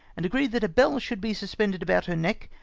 and agreed that a bell should be suspended about her neck,